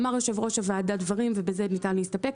אמר יושב-ראש הוועדה דברים, ובזה ניתן להסתפק.